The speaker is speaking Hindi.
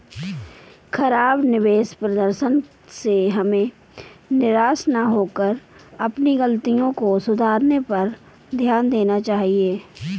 खराब निवेश प्रदर्शन से हमें निराश न होकर अपनी गलतियों को सुधारने पर ध्यान देना चाहिए